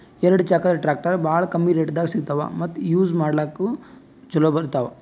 ಎರಡ ಚಾಕದ್ ಟ್ರ್ಯಾಕ್ಟರ್ ಭಾಳ್ ಕಮ್ಮಿ ರೇಟ್ದಾಗ್ ಸಿಗ್ತವ್ ಮತ್ತ್ ಯೂಜ್ ಮಾಡ್ಲಾಕ್ನು ಛಲೋ ಇರ್ತವ್